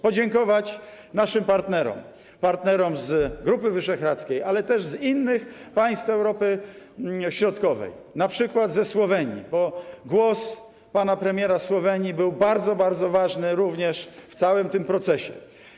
Podziękować naszym partnerom, partnerom z Grupy Wyszehradzkiej, ale też z innych państw Europy Środkowej, np. ze Słowenii, bo głos pana premiera Słowenii był bardzo, bardzo ważny w całym tym procesie.